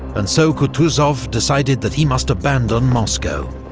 and so kutuzov decided that he must abandon moscow.